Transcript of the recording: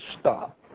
stop